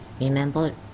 Remember